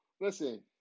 Listen